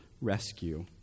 rescue